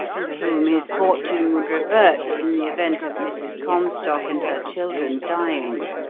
to whom his fortune would revert in the event of mrs. comstock and her children dying.